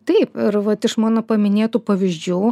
taip vat iš mano paminėtų pavyzdžių